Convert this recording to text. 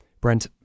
Brent